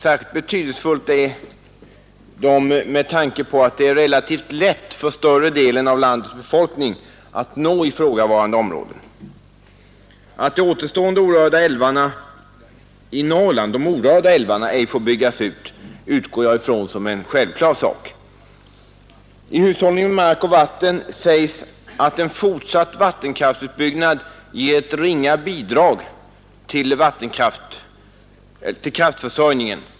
Särskilt betydelsefulla är de med tanke på att det är relativt lätt för större delen av landets befolkning att nå ifrågavarande områden. Att de återstående orörda älvarna i Norrland ej får byggas ut utgår jag ifrån som en självklar sak. I ”Hushållning med mark och vatten” sägs att en fortsatt kraftverksutbyggnad ger ett ringa bidrag till kraftförsörjningen.